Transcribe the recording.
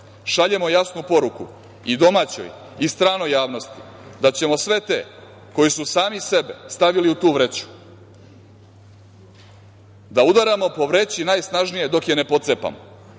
šaljemo jasnu poruku i domaćoj i stranoj javnosti da ćemo sve te koji su sami sebe stavili u tu vreću da udaramo po vreći najsnažnije dok je ne pocepamo,